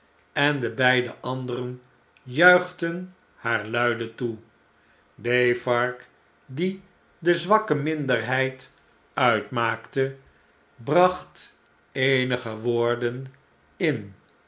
en de beide anderen juichten haar luide toe defarge die de zwakke minderheid uitmaakte bracht e'enige woorden in